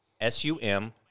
S-U-M